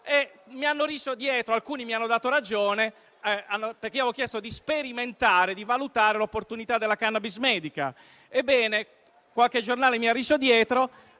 Mi hanno riso dietro e alcuni mi hanno dato ragione, perché avevo chiesto di sperimentare e di valutare l'opportunità dell'utilizzo della cannabis medica. Ebbene, qualche giornale mi ha riso dietro.